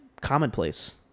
commonplace